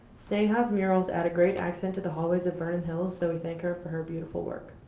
snayha's murals add a great accent to the hallways of vernon hills so we thank her for her beautiful work.